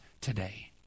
today